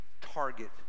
target